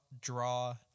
draw